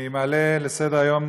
אני מעלה לסדר-היום